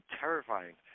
terrifying